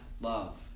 love